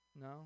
No